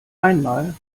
einmal